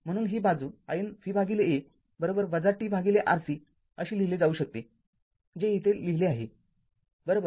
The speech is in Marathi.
म्हणून ही बाजू ln VA tRC अशी लिहिली जाऊ शकते जे येथे लिहिले आहे बरोबर